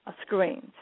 screens